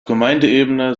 gemeindeebene